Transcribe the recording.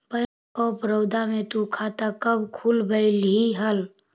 bank of Baroda में तु खाता कब खुलवैल्ही हल